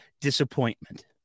disappointment